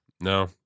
no